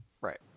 Right